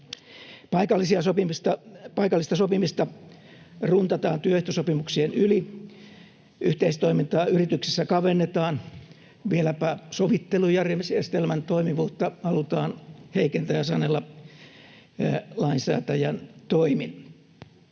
Paikallista sopimista runtataan työehtosopimuksien yli. Yhteistoimintaa yrityksissä kavennetaan, vieläpä sovittelujärjestelmän toimivuutta halutaan heikentää ja sanella lainsäätäjän toimin.